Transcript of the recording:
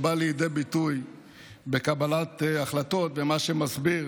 מה שבא לידי ביטוי בקבלת החלטות ומה שמסביר